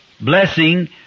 blessing